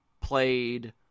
played